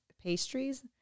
pastries